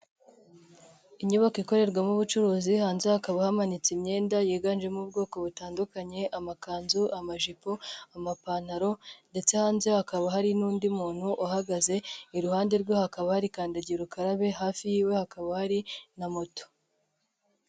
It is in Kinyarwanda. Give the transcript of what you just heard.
Inyubako ikorerwamo ubucuruzi, hanze hakaba hamanitse imyenda, yiganjemo ubwoko butandukanye, amakanzu, amajipo, amapantalo, ndetse hanze hakaba hari n'undi muntu uhagaze, iruhande rwe hakaba hari kandagira ukarabe, hafi y'iwe hakaba hari na moto.